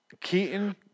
Keaton